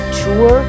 tour